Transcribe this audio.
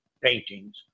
paintings